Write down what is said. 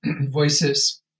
voices